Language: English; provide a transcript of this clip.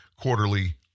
quarterly